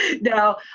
No